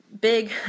big